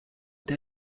der